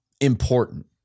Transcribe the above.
important